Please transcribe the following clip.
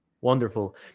Wonderful